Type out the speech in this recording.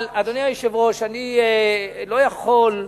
אבל, אדוני היושב-ראש, אני לא יכול,